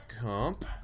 comp